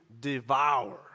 devour